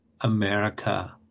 America